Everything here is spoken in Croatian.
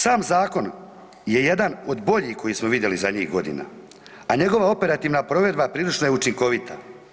Sam zakon je jedan od boljih koje smo vidjeli zadnjih godina, a njegova operativna provedba prilično je učinkovita.